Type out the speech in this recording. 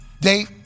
date